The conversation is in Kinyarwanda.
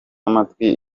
amatwi